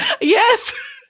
yes